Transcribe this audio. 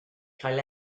gael